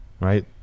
right